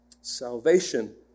Salvation